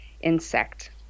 insect